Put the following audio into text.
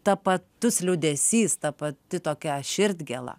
tapatus liūdesys ta pati tokia širdgėla